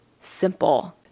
simple